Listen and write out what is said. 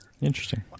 Interesting